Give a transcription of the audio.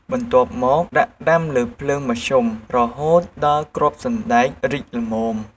បន្ទាប់មក ដាក់ដាំលើភ្លើងមធ្យម រហូតដល់គ្រាប់សណ្ដែករីកល្មម។